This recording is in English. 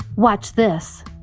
watch this.